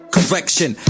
Correction